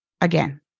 again